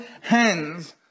hands